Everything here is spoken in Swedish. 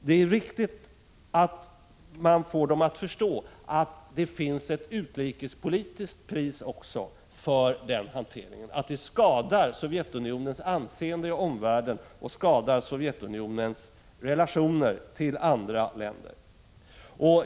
Det är viktigt att vi får den sovjetiska regeringen att förstå att denna hantering också har sitt utrikespolitiska pris, att den skadar Sovjetunionens anseende i omvärlden och dess relationer till andra länder.